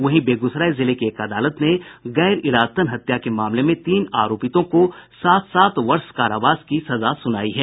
वहीं बेगूसराय जिले की एक अदालत ने गैर इरादतन हत्या के मामले में तीन आरोपितों को सात सात वर्ष कारावास की सजा सुनाई है